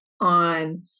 on